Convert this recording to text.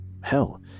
Hell